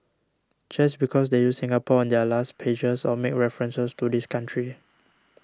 just because they use Singapore on their last pages or make references to this country